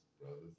Brothers